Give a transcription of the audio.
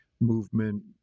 movement